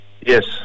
Yes